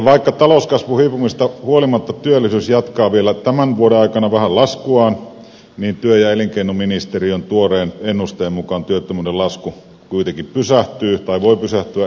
vaikka talouskasvun hiipumisesta huolimatta työllisyys jatkaa vielä tämän vuoden aikana vähän laskuaan niin työ ja elinkeinoministeriön tuoreen ennusteen mukaan työttömyyden lasku kuitenkin pysähtyy tai voi pysähtyä ensi vuonna